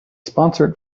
sponsor